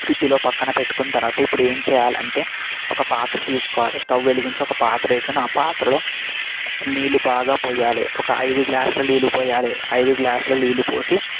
ఫ్రిడ్జ్లో పక్కన పెట్టుకున్న తర్వాత ఇప్పుడు ఏం చేయాలంటే ఒక పాత్ర తీసుకోవాలి స్టవ్ వెలిగించి ఒక పాత్ర వేసుకుని ఆ పాత్రలో నీళ్లు బాగా పోయాలి ఒక ఐదు గ్లాసులు నీళ్లు పోయాలి ఐదు గ్లాసులు నీళ్లు పోసి